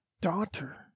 daughter